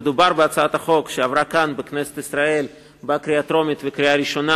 מדובר בהצעת חוק שעברה כאן בכנסת ישראל בקריאה טרומית ובקריאה ראשונה